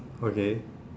okay